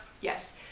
yes